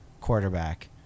quarterback